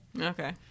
Okay